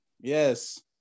Yes